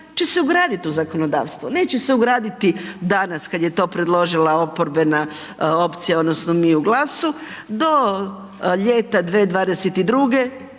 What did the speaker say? će se ugradit u zakonodavstvo, neće se ugraditi danas kad je to predložila oporbena opcija odnosno mi u GLAS-u, do ljeta 2022.